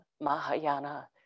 Mahayana